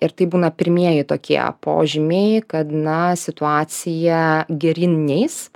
ir tai būna pirmieji tokie požymiai kad na situacija geryn neis